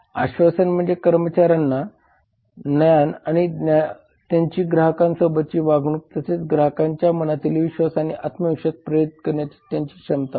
आश्वासन म्हणजे कर्मचाऱ्यांचे ज्ञान आणि त्यांची ग्राहकांसोबतची वागणूक तसेच ग्राहकांच्या मनातील विश्वास आणि आत्मविश्वास प्रेरित करण्याची त्यांची क्षमता होय